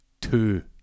two